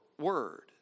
word